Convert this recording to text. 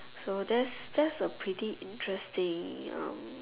so that's that's a pretty interesting um